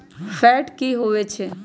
Fat की होवछै?